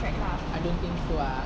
I don't think so ah